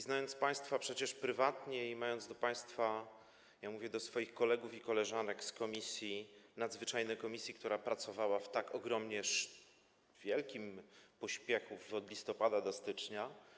Znam państwa przecież prywatnie i mam do państwa, mówię do swoich kolegów i koleżanek z komisji, nadzwyczajnej komisji, która pracowała w tak ogromnie wielkim pośpiechu od listopada do stycznia.